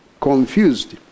confused